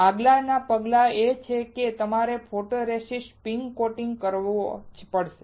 આગળનું પગલું એ છે કે તમારે ફોટોરેસિસ્ટ સ્પિન કોટિંગ કરવો પડશે